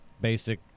Basic